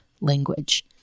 language